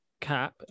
cap